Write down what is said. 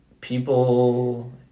people